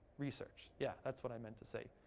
research. yeah, that's what i meant to say,